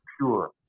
pure